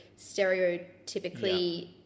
stereotypically